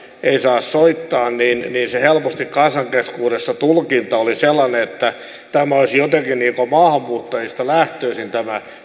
ei saa soittaa niin helposti kansan keskuudessa se tulkinta oli sellainen että olisi jotenkin maahanmuuttajista lähtöisin tämä